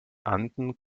anden